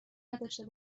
نداشته